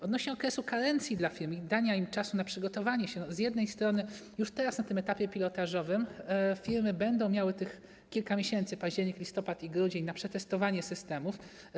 Odnośnie do okresu karencji dla firm i dania im czasu na przygotowanie się to z jednej strony już teraz na tym etapie pilotażowym firmy będą miały kilka miesięcy, październik, listopad i grudzień, na przetestowanie systemów.